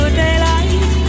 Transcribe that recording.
daylight